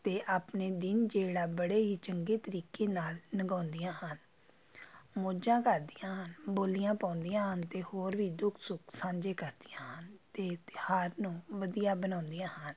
ਅਤੇ ਆਪਣੇ ਦਿਨ ਜਿਹੜਾ ਬੜੇ ਹੀ ਚੰਗੇ ਤਰੀਕੇ ਨਾਲ਼ ਲੰਘਾਉਂਦੀਆਂ ਹਨ ਮੌਜਾਂ ਕਰਦੀਆਂ ਹਨ ਬੋਲੀਆਂ ਪਾਉਂਦੀਆਂ ਹਨ ਅਤੇ ਹੋਰ ਵੀ ਦੁੱਖ ਸੁੱਖ ਸਾਂਝੇ ਕਰਦੀਆਂ ਹਨ ਅਤੇ ਤਿਉਹਾਰ ਨੂੰ ਵਧੀਆ ਬਣਾਉਂਦੀਆਂ ਹਨ